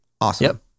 Awesome